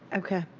okay.